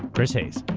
chris hayes.